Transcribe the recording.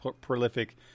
prolific